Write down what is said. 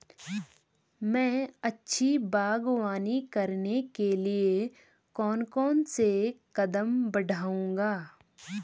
मैं अच्छी बागवानी करने के लिए कौन कौन से कदम बढ़ाऊंगा?